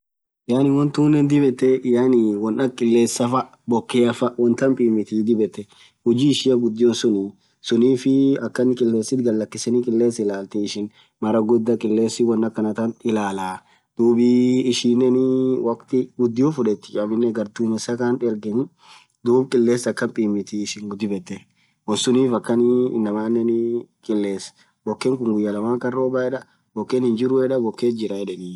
Yaani wonn tunen dhib yethee yaani wonn akaaa qilesa bokeafaa suun pimithi huji ishian ghudion suun sunnif akhan qilesti ghalakisen qiles ilathii ishin mara ghudha qilesin wonn akhan tan ilalaaa dhub ishinenin wokthi ghudio fudhethi aminen ghardhumesa khath irgenii dhub qiles akhan pimithi ishin dhib yethee wonsunif akan inamanen qiles boken khun guyaa laaman Khan robee yedha boken hinjru yedha akas yedheni